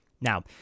Now